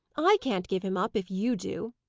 i can't give him up, if you do.